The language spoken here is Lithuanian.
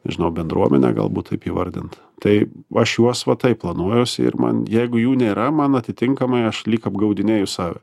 nežinau bendruomenę galbūt taip įvardint tai aš juos va taip planuojuosi ir man jeigu jų nėra man atitinkamai aš lyg apgaudinėju save